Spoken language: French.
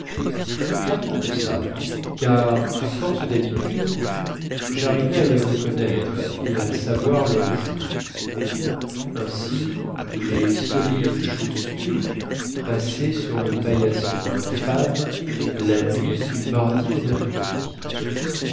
pas tant que ça car à force dhabitude jarrivai à les reconnaître et à savoir leur jour ainsi les solides chaussures passaient sur le paillasson infâme la nuit du mardi au mercredi